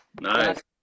nice